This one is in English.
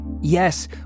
Yes